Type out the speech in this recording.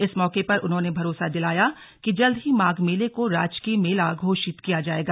इस मौके पर उन्होंने भरोसा दिलाया कि जल्द ही माघ मेले को राजकीय मेला घोषित किया जाएगा